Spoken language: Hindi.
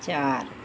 चार